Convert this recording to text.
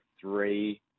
three